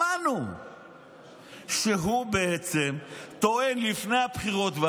שמענו שהוא טוען לפני הבחירות,